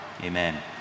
amen